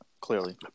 Clearly